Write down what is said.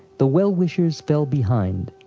the well-wishers fell behind.